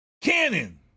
Cannon